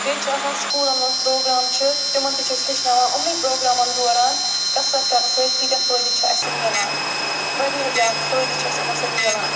بیٚیہِ چھِ آسان سکوٗلن منٛز پرٛوگرام چھِ تِمَن تہِ چھِ أسۍ ہیٚچھناوان یِمنٕے پرٛوگرامَن دوران کثرت کرنہٕ سۭتۍ کۭتیٛاہ فٲیدٕ چھِ اَسہِ مِلان واریاہ زیادٕ فٲیدٕ چھِ اَسہِ یِمَن سۭتۍ مِلان